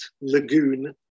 lagoon